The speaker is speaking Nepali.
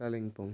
कालिम्पोङ